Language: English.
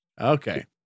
okay